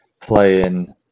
playing